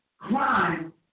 crime